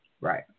Right